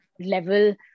level